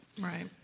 right